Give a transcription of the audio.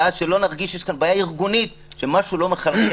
ואז שלא נרגיש שיש כאן בעיה ארגונית שמשהו לא מחלחל